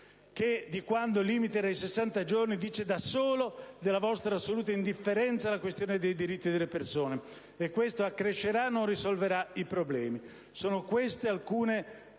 di quando il limite era di 60 giorni, dice da solo della vostra assoluta indifferenza alla questione dei diritti delle persone. E questo accrescerà, non risolverà i problemi. Sono queste alcune